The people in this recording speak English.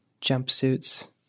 jumpsuits